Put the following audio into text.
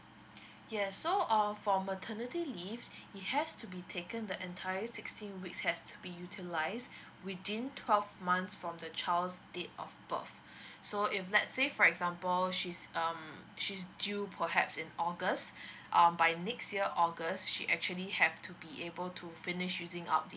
yes so um for maternity leave it has to be taken the entire sixteen weeks has to be utilised within twelve months from the child's date of birth so if let say for example she's um she's due perhaps in august um by next year august she actually have to be able to finish using up the